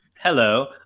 Hello